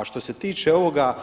A što se tiče ovoga